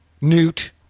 newt